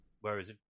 Whereas